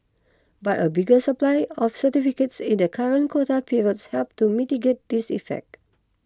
but a bigger supply of certificates in the current quota period helped to mitigate this effect